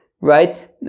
right